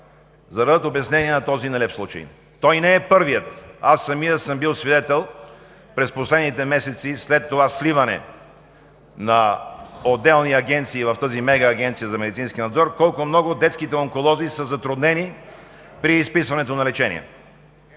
за да дадат обяснение на този нелеп случай. Той не е първият – аз самият съм бил свидетел през последните месеци, след това сливане на отделни агенции в тази мегаагенция за медицински надзор, колко много детските онколози са затруднени при изписването на лечение.